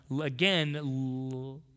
again